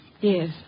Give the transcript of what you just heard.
Yes